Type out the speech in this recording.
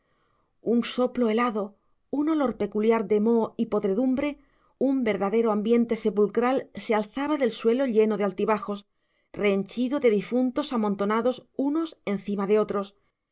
un soplo helado un olor peculiar de moho y podredumbre un verdadero ambiente sepulcral se alzaba del suelo lleno de altibajos rehenchido de difuntos amontonados unos encima de otros y